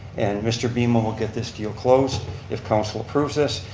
and mr. beaman will get this deal closed if council approves this,